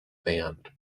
band